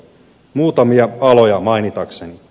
muutamia aloja mainitakseni